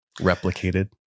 replicated